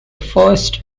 first